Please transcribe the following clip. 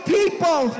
people